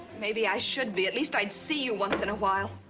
maybe i should be. at least i'd see you once in a while.